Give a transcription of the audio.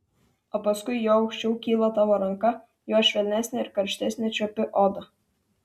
o paskui juo aukščiau kyla tavo ranka juo švelnesnę ir karštesnę čiuopi odą